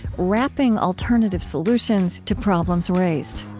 rapping alternative solutions to problems raised